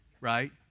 right